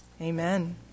Amen